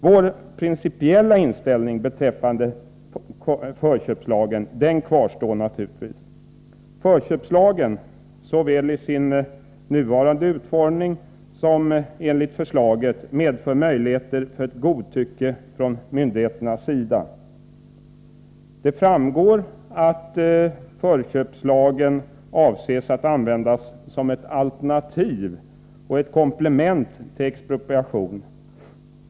Vår principiella inställning beträffande förköpslagen kvarstår naturligtvis. Förköpslagen, såväl i sin nuvarande utformning som enligt förslaget, medför möjligheter till godtycke från myndigheternas sida. Det framgår att förköpslagen avses att användas som ett alternativ och ett komplement till expropriation.